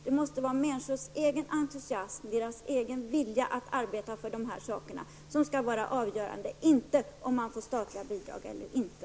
Det måste vara människors egen entusiasm, deras egen vilja att arbeta för dessa ändamål som skall vara avgörande, inte om man får statliga bidrag eller inte.